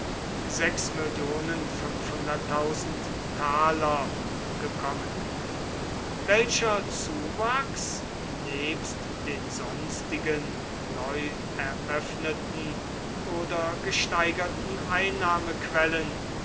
mill sesterzen gekommen welcher zuwachs nebst den sonstigen neueröffneten oder gesteigerten einnahmequellen